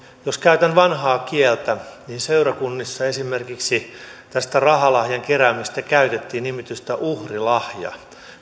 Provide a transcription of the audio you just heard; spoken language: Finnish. jos käytän vanhaa kieltä niin seurakunnissa esimerkiksi tästä rahalahjan keräämisestä käytettiin nimitystä uhrilahja